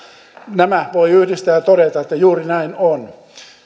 nämä voi yhdistää ja todeta että juuri näin on